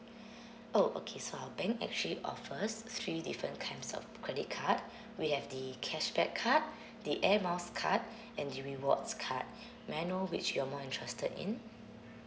oh okay so our bank actually offers three different kinds of credit card we have the cashback card the air miles card and the rewards card may I know which you're more interested in